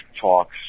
talks